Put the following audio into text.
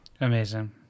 Amazing